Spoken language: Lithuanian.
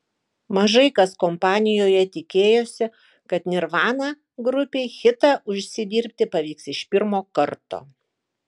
mažai kas kompanijoje tikėjosi kad nirvana grupei hitą užsidirbti pavyks iš pirmo karto